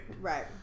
Right